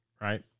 right